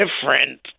different